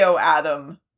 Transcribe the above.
Adam